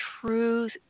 truth